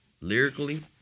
Lyrically